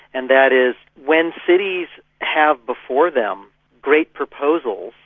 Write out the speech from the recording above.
and that is, when cities have before them great proposals,